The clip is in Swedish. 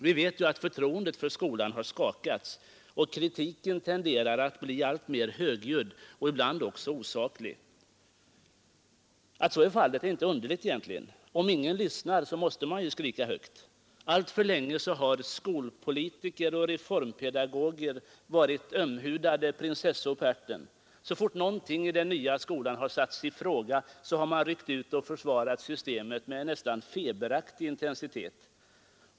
Vi vet att förtroendet för skolan har skadats och kritiken tenderar att bli alltmer högljudd och ibland också osaklig. Att så är fallet är inte underligt egentligen. Om ingen lyssnar måste man ju skrika högt. Alltför länge har skolpolitiker och reformpedagoger varit ömhudade prinsessor på ärten. Så fort någonting i den nya skolan satts i fråga har man ryckt ut och försvarat systemet med en nästan feberaktig intensitet.